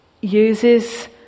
uses